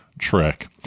trick